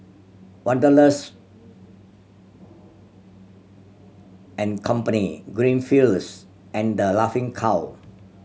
Wanderlust and Company Greenfields and The Laughing Cow